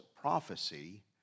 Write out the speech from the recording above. prophecy